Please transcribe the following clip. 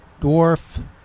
dwarf